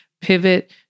pivot